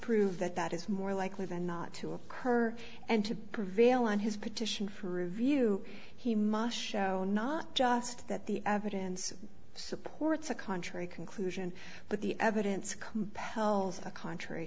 prove that that is more likely than not to occur and to prevail on his petition for review he must show not just that the evidence supports a contrary conclusion but the evidence